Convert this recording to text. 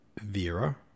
Vera